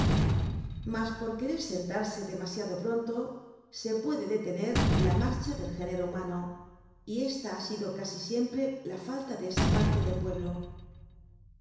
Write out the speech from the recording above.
mas por querer sentarse demasiado pronto se puede detener la marcha del género humano y esta ha sido casi siempre la falta de esa parte del pueblo